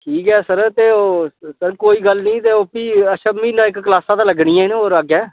ठीक ऐ सर ते ओह् सर कोई गल्ल नि ते ओह् फ्ही अच्छा म्हीना इक क्लासां ते लग्गनियां होर अग्गै